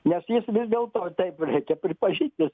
nes jis vis dėlto taip reikia pripažint jis